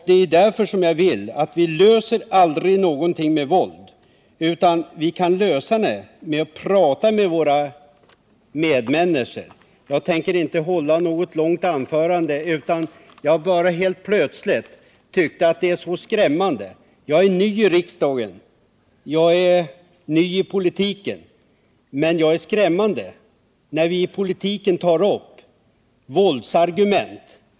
Jag menar alltså att vi aldrig kan lösa problem med våld, utan att vi måste lösa dem genom att prata med våra medmänniskor. Jag tänker inte hålla något långt anförande. Jag är ny i riksdagen och jag är ny i politiken. Men jag fann helt plötsligt att jag måste säga att det är skrämmande att vi i politiken tar upp våldsargument.